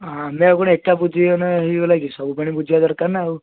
ଆମେ ଆଉ କ'ଣ ଏକା ବୁଝିଗଲେ ହେଇଗଲା କି ସବୁ ପୁଣି ବୁଝିବା ଦରକାର ନା ଆଉ